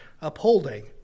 upholding